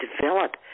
develop